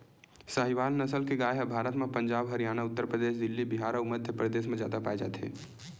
साहीवाल नसल के गाय ह भारत म पंजाब, हरयाना, उत्तर परदेस, दिल्ली, बिहार अउ मध्यपरदेस म जादा पाए जाथे